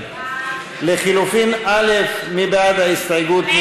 לחלופין א' מי בעד ההסתייגות?